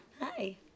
Hi